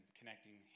connecting